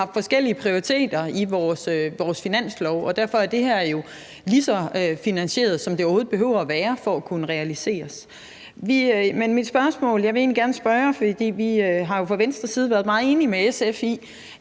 vi jo haft forskellige prioriteter i vores finanslovsforslag, og derfor er det her lige så finansieret, som det overhovedet behøver at være for at kunne realiseres. Vi har jo fra Venstres side været meget enige med SF